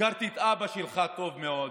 הכרתי את אבא שלך טוב מאוד.